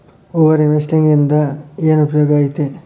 over investing ಇಂದ ಏನ್ ಉಪಯೋಗ ಐತಿ